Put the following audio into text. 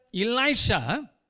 Elisha